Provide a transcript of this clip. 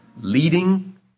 leading